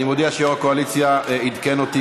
אני מודיע שיו"ר הקואליציה עדכן אותי